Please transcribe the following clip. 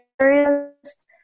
areas